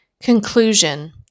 Conclusion